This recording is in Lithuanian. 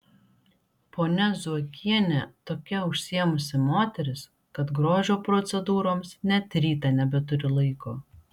ponia zuokienė tokia užsiėmusi moteris kad grožio procedūroms net rytą nebeturi laiko